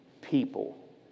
people